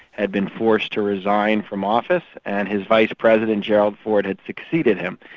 had been forced to resign from office and his vice-president, gerald ford, had succeeded him.